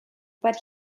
but